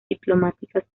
diplomáticas